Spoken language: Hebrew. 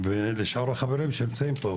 ולשאר החברים שנמצאים פה,